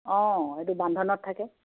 অঁ এইটো বান্ধনত থাকে